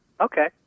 okay